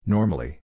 Normally